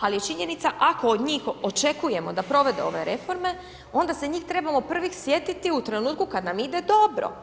Ali je činjenica ako od njih očekujemo da provode ove reforme, onda se njih trebamo prvih sjetiti u trenutku kada nam ide dobro.